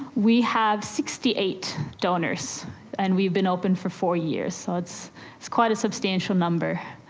we have sixty eight donors and we've been open for four years, so it's it's quite a substantial number,